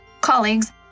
colleagues